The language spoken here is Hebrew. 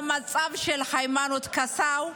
המצב של היימנוט קסאו,